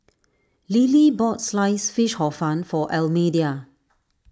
Lilie bought Sliced Fish Hor Fun for Almedia